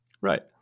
Right